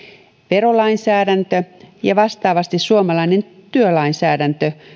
verolainsäädäntö ja vastaavasti suomalainen työlainsäädäntö